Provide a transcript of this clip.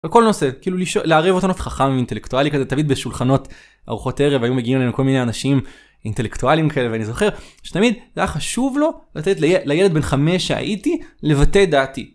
בכל נושא, כאילו להריב אותו נוף חכם ואינטלקטואלי כזה, תמיד בשולחנות ארוחות ערב, היו מגיעים אלינו כל מיני אנשים אינטלקטואליים כאלה, ואני זוכר שתמיד, זה היה חשוב לו לתת לילד בן חמש שהייתי לבטא את דעתי.